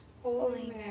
Holy